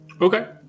Okay